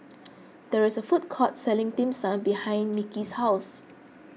there is a food court selling Dim Sum behind Micky's house